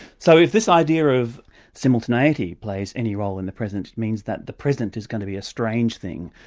so if this idea of simultaneity plays any role in the present, means that the present is going to be a strange thing,